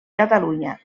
catalunya